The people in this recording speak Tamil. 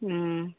ம்